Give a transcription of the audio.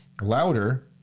louder